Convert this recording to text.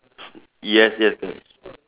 yes yes